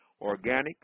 organic